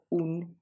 un